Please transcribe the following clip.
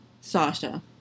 Sasha